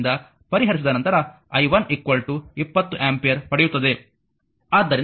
ಆದ್ದರಿಂದ ಪರಿಹರಿಸಿದ ನಂತರ i 1 20 ಆಂಪಿಯರ್ ಪಡೆಯುತ್ತದೆ